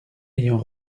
ayant